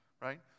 right